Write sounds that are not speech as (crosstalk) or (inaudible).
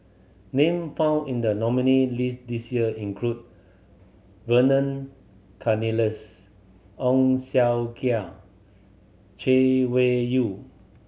name found in the nominee list this year include Vernon Cornelius Ong (unintelligible) Chay (unintelligible) Yew